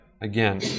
again